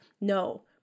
No